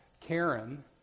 Karen